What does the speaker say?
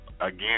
again